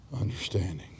understanding